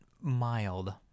mild